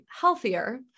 healthier